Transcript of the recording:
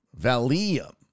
Valium